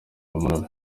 umuntu